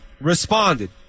responded